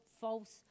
false